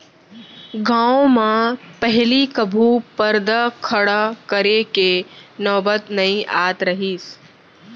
गॉंव म पहिली कभू परदा खड़ा करे के नौबत नइ आत रहिस